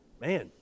man